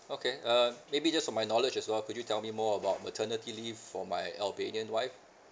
okay uh maybe just for my knowledge as well could you tell me more about maternity leave for my albanian wife